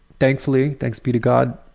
thankfully, thanks be to god,